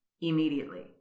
immediately